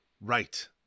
right